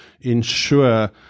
ensure